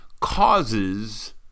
causes